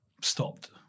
stopped